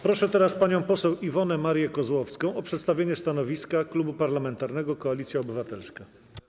Proszę teraz panią poseł Iwonę Marię Kozłowską o przedstawienie stanowiska Klubu Parlamentarnego Koalicja Obywatelska.